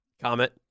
comment